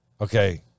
okay